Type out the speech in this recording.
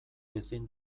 ezin